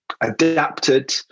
adapted